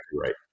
right